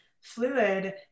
fluid